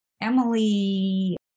Emily